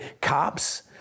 cops